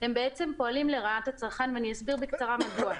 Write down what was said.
פועלים לרעת הצרכן, ואסביר בקצרה מדוע.